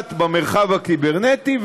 מתבצעת במרחב הקיברנטי,